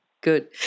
good